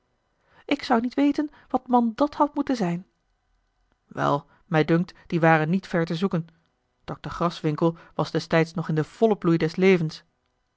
ik zou niet weten wat man dàt had moeten zijn wel mij dunkt die ware niet ver te zoeken dr graswinckel was destijds nog in den vollen bloei des levens